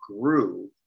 grew